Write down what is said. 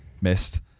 Missed